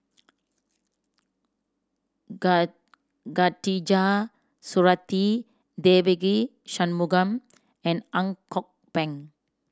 Khatijah Surattee Devagi Sanmugam and Ang Kok Peng